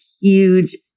huge